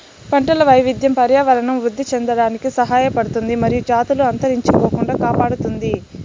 పంటల వైవిధ్యం పర్యావరణం వృద్ధి చెందడానికి సహాయపడుతుంది మరియు జాతులు అంతరించిపోకుండా కాపాడుతుంది